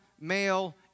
male